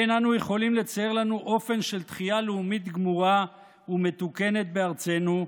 אין אנו יכולים לצייר לנו אופן של תחייה לאומית גמורה ומתוקנת בארצנו,